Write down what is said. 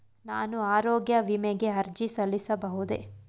ನಾನು ಆರೋಗ್ಯ ವಿಮೆಗೆ ಅರ್ಜಿ ಸಲ್ಲಿಸಬಹುದೇ?